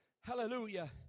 Hallelujah